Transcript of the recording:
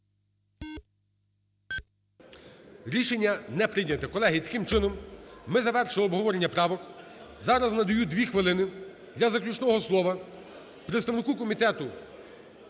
Рішення не прийняте. Колеги, таким чином, ми завершили обговорення правок. Зараз надаю дві хвилини для заключного слова представнику комітету